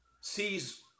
sees